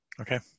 Okay